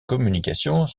communications